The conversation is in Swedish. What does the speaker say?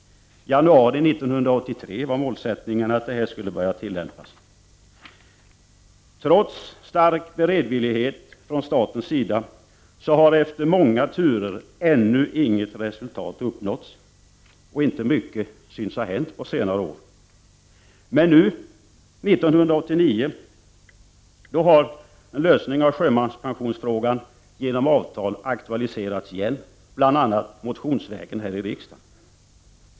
Målet var att detta skulle börja tillämpas i januari 1983. Trots stark beredvillighet från statens sida har efter många turer ännu inget resultat uppnåtts. Inte mycket synes ha värt 73 scnare år. Men nu, 1989, har en lösning av sjömanspensionsfrågan genom avtal aktualiserats igen, bl.a. motionsvägen här i riksdagen.